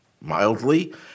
mildly